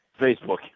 Facebook